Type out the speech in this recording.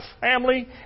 family